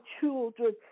children